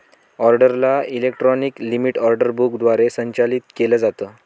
ऑर्डरला electronic limit order book द्वारे संचालित केलं जातं